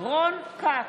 רון כץ,